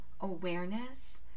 awareness